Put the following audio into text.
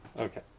Okay